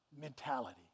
mentality